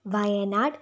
Wayanad